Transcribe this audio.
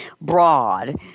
broad